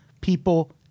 people